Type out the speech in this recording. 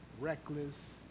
reckless